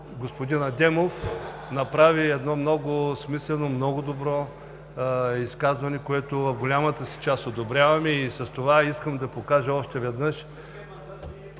господин Адемов направи едно много смислено, много добро изказване, което в голямата си част одобряваме. С това искам да покажа още веднъж,